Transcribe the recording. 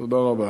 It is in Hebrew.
תודה רבה.